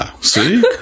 See